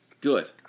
Good